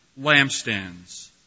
lampstands